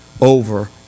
over